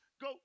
go